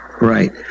Right